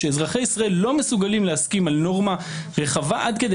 שאזרחי ישראל לא מסוגלים להסכים על נורמה רחבה עד כדי